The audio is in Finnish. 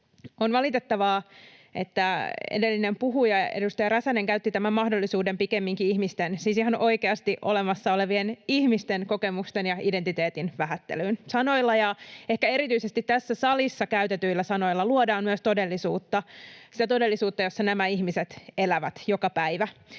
On valitettavaa, että edellinen puhuja, edustaja Räsänen, käytti tämän mahdollisuuden pikemminkin ihmisten — siis ihan oikeasti olemassa olevien ihmisten — kokemusten ja identiteetin vähättelyyn. Sanoilla ja ehkä erityisesti tässä salissa käytetyillä sanoilla luodaan myös todellisuutta, sitä todellisuutta, jossa nämä ihmiset elävät joka päivä,